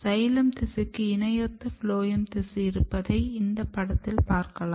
xylem திசுக்கு இணையொத்து phloem திசு இருப்பதை இந்த படத்தில் பார்க்கலாம்